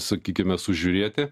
sakykime sužiūrėti